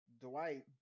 Dwight